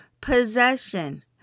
possession